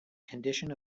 condition